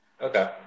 Okay